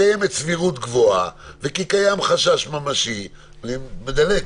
קיימת סבירות גבוהה וכי קיים חשש ממשי אני מדלג